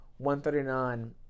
139